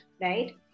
right